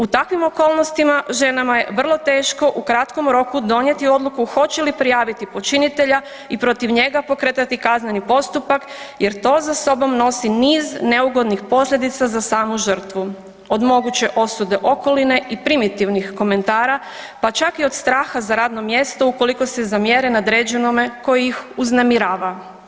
U takvim okolnostima ženama je vrlo teško u kratkom roku donijeti odluku hoće li prijaviti počinitelja i protiv njega pokretati kazneni postupak jer za to za sobom nosi niz neugodnih posljedica za samu žrtvu, od moguće osude okoline i primitivnih komentara, pa čak i od straha za radno mjesto, ukoliko se zamjeri nadređenome koji ih uznemirava.